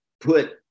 put